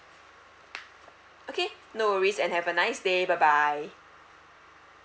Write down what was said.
okay no worries and have a nice day bye bye